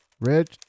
Red